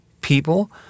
People